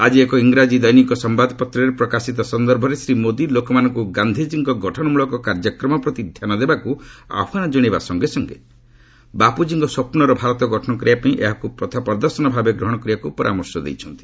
ଆଜି ଏକ ଇଂରାଜୀ ଦୈନିକ ସମ୍ଭାଦପତ୍ରରେ ପ୍ରକାଶିତ ସନ୍ଦର୍ଭରେ ଶ୍ରୀ ମୋଦି ଲୋକମାନଙ୍କୁ ଗାନ୍ଧିଜୀଙ୍କ ଗଠନମୂଳକ କାର୍ଯ୍ୟକ୍ରମ ପ୍ରତି ଧ୍ୟାନ ଦେବାକୁ ଆହ୍ୱାନ ଜଣାଇବା ସଙ୍ଗେ ସଙ୍ଗେ ବାପୁଜୀଙ୍କ ସ୍ୱପ୍ନର ଭାରତ ଗଠନ କରିବାପାଇଁ ଏହାକୁ ପଥପ୍ରଦର୍ଶନ ଭାବେ ଗ୍ରହଣ କରିବାକୁ ପରାମର୍ଶ ଦେଇଛନ୍ତି